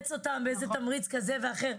נתמרץ אותם באיזה תמריץ כזה או אחר.